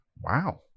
Wow